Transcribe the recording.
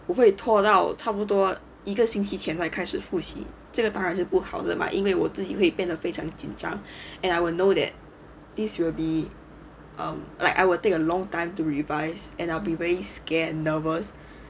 不会拖到差不多一个星期前才开始复习这个当然是不好的吗因为我自己会变得非常紧张 and I will know that this will be um like I will take a long time to revise and I'll be very scared nervous